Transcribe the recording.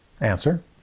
Answer